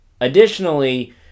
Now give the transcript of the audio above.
additionally